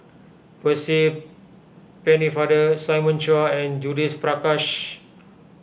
Percy Pennefather Simon Chua and Judith Prakash